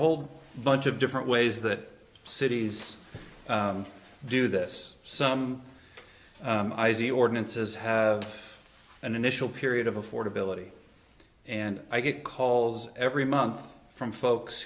whole bunch of different ways that cities do this some i z ordinances have an initial period of affordability and i get calls every month from folks